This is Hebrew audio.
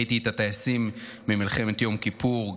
ראיתי את הטייסים ממלחמת יום כיפור'.